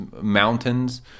mountains